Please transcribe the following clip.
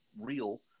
real